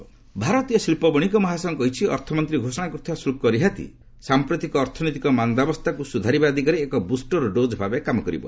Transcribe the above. add corporate tax ଭାରତୀୟ ଶିଳ୍ପ ବଶିକ ମହାସଂଘ କହିଛି ଅର୍ଥମନ୍ତ୍ରୀ ଘୋଷଣା କରିଥିବା ଶୁଳ୍ପ ରିହାତି ସାଂପ୍ରତିକ ଅର୍ଥନୈତିକ ମାନ୍ଦାବସ୍ଥାକୁ ସୁଧାରିବା ଦିଗରେ ଏକ ବୁଷ୍ଟର ଡୋକ୍ ଭାବେ କାମ କରିବ